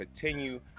continue